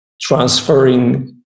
transferring